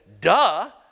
Duh